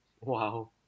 Wow